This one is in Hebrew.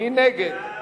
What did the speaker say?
מי נגד?